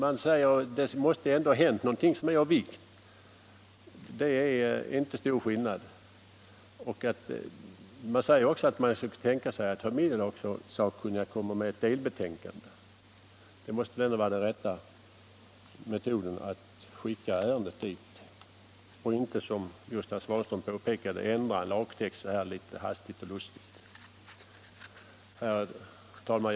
Man säger att det måste ha hänt någonting som är av vikt. Man säger också att man tänker sig att familjelagssakkunniga kommer med ett delbetänkande. Det måste ändå vara den rätta metoden att skicka ärendet dit och inte, som herr Svanberg påpekade, ändra en lagtext hit och dit. Herr talman!